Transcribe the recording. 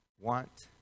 want